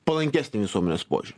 palankesnį visuomenės požiūrį